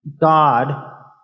God